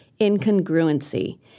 incongruency